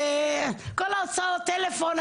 כל ההוצאות טלפון.